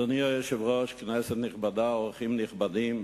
אדוני היושב-ראש, כנסת נכבדה, אורחים נכבדים,